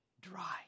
dry